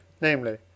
namely